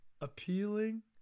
appealing